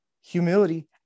humility